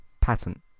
patent